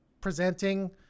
presenting